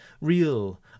real